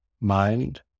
mind